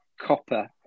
copper